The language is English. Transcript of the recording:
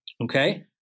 Okay